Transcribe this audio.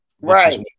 Right